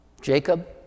Jacob